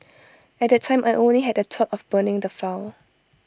at that time I only had the thought of burning the file